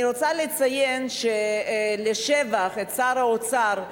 אני רוצה לציין לשבח את שר האוצר,